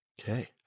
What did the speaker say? Okay